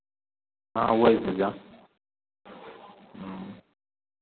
हँ ओहिसँ जाउ